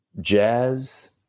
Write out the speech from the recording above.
jazz